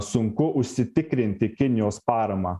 sunku užsitikrinti kinijos paramą